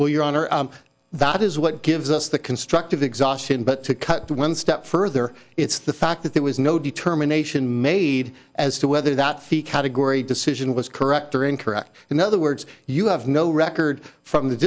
well your honor that is what gives us the constructive exhaustion but to cut one step further it's the fact that there was no determination made as to whether that fee category decision was correct or incorrect in other words you have no record from the